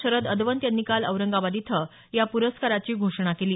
शरद अदवंत यांनी काल औरंगाबाद इथं या पुरस्काराची घोषणा केली